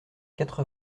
quatre